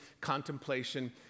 contemplation